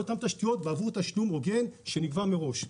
אותן תשתיות של בזק עבור תשלום הוגן שנקבע מראש.